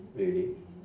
really